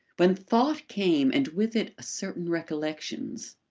when thought came and with it a certain recollections,